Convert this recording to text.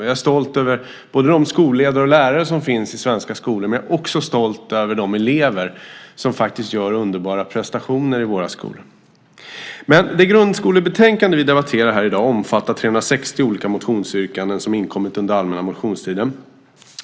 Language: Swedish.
Jag är stolt över både de skolledare och de lärare som finns i svenska skolor, men jag är också stolt över de elever som gör underbara prestationer i våra skolor. Det grundskolebetänkande som vi debatterar här i dag omfattar 360 olika motionsyrkanden som inkommit under allmänna motionstiden.